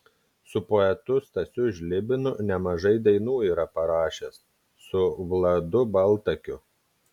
su poetu stasiu žlibinu nemažai dainų yra parašęs su vladu baltakiu